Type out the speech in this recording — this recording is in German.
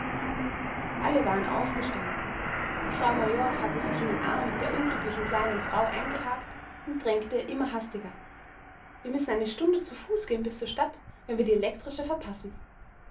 alle waren aufgestanden die frau major hatte sich in den arm der unglücklichen kleinen frau eingehackt und drängte immer hastiger wir müssen eine stunde zu fuß gehen bis zur stadt wenn wir die elektrische verpassen